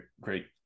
great